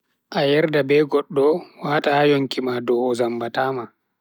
A yerda be goddo, wata ha yonki ma dow o zambata ma.